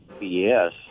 Yes